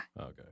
Okay